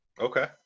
Okay